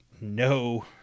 no